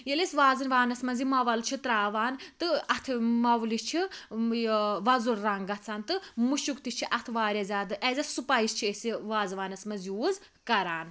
ییٚلہِ أسۍ وازوانَس مَنٛز یہِ موَل چھِ تراوان تہٕ اتھ مولہِ چھُ یہِ وۄزُل رَنٛگ گَژھان تہٕ مُشُک تہِ چھُ اتھ واریاہ زیادٕ ایز اَ سُپایس چھِ أسۍ یہِ وازوانَس مَنٛز یوٗز کَران